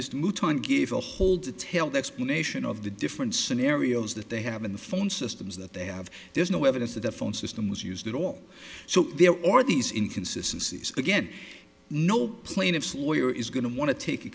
whole detailed explanation of the different scenarios that they have in the phone systems that they have there's no evidence that the phone system was used at all so there or these inconsistency again no plaintiff's lawyer is going to want to take a